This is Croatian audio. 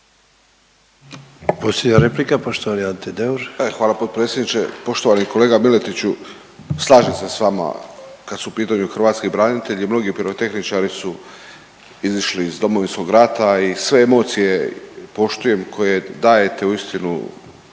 hvala potpredsjedniče. Poštovani kolega Miletiću slažem se s vama kad su u pitanju hrvatski branitelji i mnogi pirotehničari su izišli iz Domovinskog rata i sve emocije poštujem koje dajete uistinu,